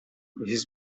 his